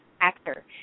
actor